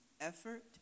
effort